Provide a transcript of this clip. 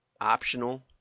Optional